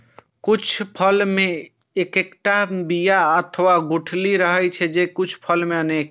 कुछ फल मे एक्केटा बिया अथवा गुठली रहै छै, ते कुछ फल मे अनेक